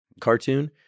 cartoon